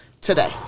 today